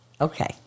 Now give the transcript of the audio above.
Okay